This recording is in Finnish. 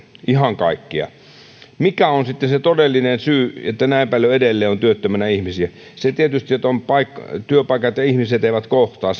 ihan kaikkea mikä on sitten se todellinen syy että näin paljon edelleen on työttömänä ihmisiä se tietysti että työpaikat ja ihmiset eivät kohtaa